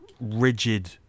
rigid